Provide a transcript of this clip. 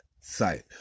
site